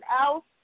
else